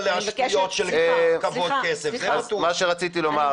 עם כל העבר המפואר שלך בצבא הפכת לאדם --- מה הולך פה?